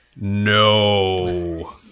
No